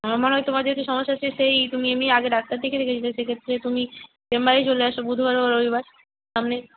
আমার মনে হয় তোমার যেহেতু সমস্যা হচ্ছে সেই তুমি এমনিই আগে ডাক্তার দেখিয়ে রেখেছিলে সে ক্ষেত্রে তুমি চেম্বারেই চলে আসো বুধবার বা রবিবার সামনের